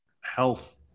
health